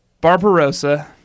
Barbarossa